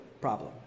problem